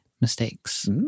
mistakes